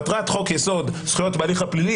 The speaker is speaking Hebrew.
מטרת חוק-יסוד: זכויות בהליך הפלילי,